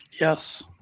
Yes